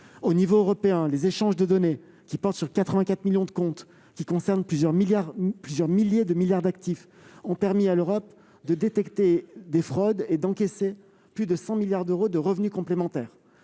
Au niveau européen, les échanges de données, portant sur 84 millions de comptes et concernant plusieurs milliers de milliards d'euros d'actifs, ont permis à l'Europe de détecter des fraudes et d'encaisser plus de 100 milliards d'euros de revenus complémentaires.